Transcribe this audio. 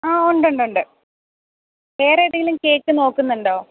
ആ ഉണ്ടുണ്ടുണ്ട് വേറെ ഏതെങ്കിലും കേക്ക് നോക്കുന്നുണ്ടോ